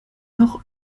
noch